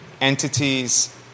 Entities